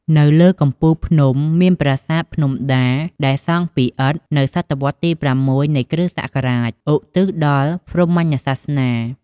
នៅលើកំពូលភ្នំមាន ប្រាសាទភ្នំដា ដែលសង់ពីឥដ្ឋនៅសតវត្សទី ៦ នៃគ.ស. ឧទ្ទិសដល់ព្រហ្មញ្ញសាសនា។